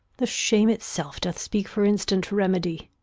the shame itself doth speak for instant remedy.